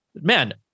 Man